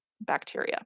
bacteria